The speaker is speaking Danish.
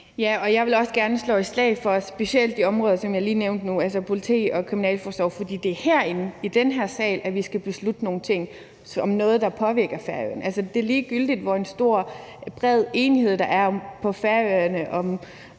Jeg vil også gerne slå et slag for specielt de områder, som jeg lige nævnte nu, altså politi og kriminalforsorg. For det er herinde i den her sal, at vi skal beslutte nogle ting om noget, der påvirker Færøerne. Altså, det er ligegyldigt, hvor stor og bred enighed der er på Færøerne